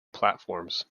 platforms